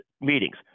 meetings